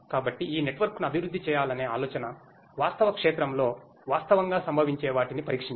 కాబట్టి ఈ నెట్వర్క్ను అభివృద్ధి చేయాలనే ఆలోచన వాస్తవ క్షేత్రంలో వాస్తవంగా సంభవించే వాటిని పరీక్షించడం